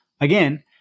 Again